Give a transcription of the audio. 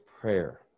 prayer